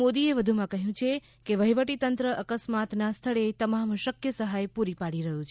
શ્રી મોદીએ વધુમાં કહ્યું છે કે વફીવટીતંત્ર અકસ્માતના સ્થળે તમામ શકથ સહાય પૂરી પાડે છે